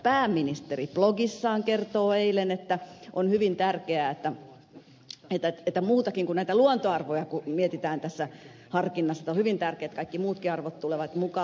pääministeri blogissaan kertoi eilen että on hyvin tärkeää että muutakin kuin näitä luontoarvoja kun mietitään tässä harkinnassa on hyvin tärkeätä että kaikki muutkin arvot tulevat mukaan